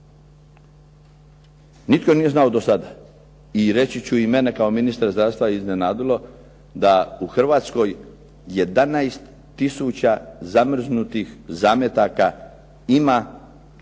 Nitko nije znao do sada i reći ću i mene kao ministra zdravstva je iznenadilo da u Hrvatskoj 11 tisuća zamrznutih zametaka ima,